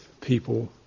People